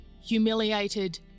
humiliated